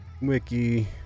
Wiki